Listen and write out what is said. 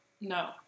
No